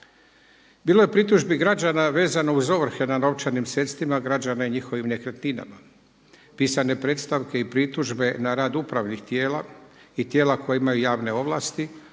Bilo je pritužbi građana vezano uz ovrhe na novčanim sredstvima građana i njihovim nekretninama. Pisane predstavke i pritužbe na rad upravnih tijela i tijela koje imaju javne ovlasti,